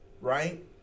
right